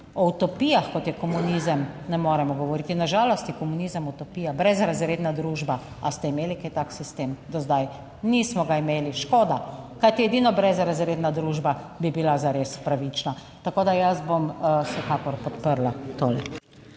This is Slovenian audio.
O utopijah kot je komunizem ne moremo govoriti. Na žalost je komunizem utopija, brezrazredna družba. Ali ste imeli kaj tak sistem do zdaj? Nismo ga imeli. Škoda, kajti edino brezrazredna družba bi bila zares pravična. Tako da jaz bom vsekakor podprla.